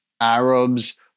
Arabs